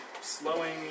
slowing